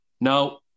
Now